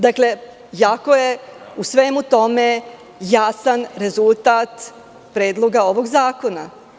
Dakle, jako je u svemu tome jasan rezultat predloga ovog zakona.